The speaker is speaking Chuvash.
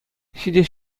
ҫитес